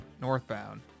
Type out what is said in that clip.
northbound